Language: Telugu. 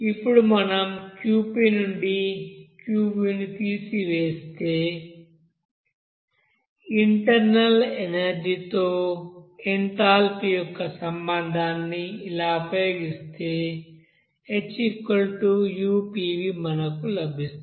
ఇప్పుడు మనం Qp నుండి Qv ను తీసివేసి ఇంటర్నల్ ఎనర్జీ తో ఎంథాల్పీ యొక్క సంబంధాన్ని ఇలా ఉపయోగిస్తే HU pV మనకు లభిస్తుంది